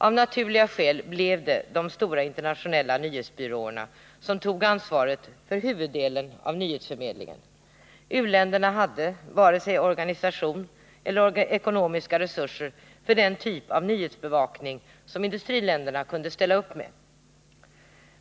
Av naturliga skäl blev det de stora internationella nyhetsbyråerna som tog ansvaret för huvuddelen av nyhetsförmedlingen. U-länderna hade inte vare sig organisation eller ekonomiska resurser för den typ av nyhetsbevakning som industriländerna kunde ställa upp med.